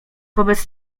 wobec